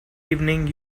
evening